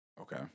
Okay